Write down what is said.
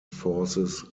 forces